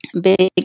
big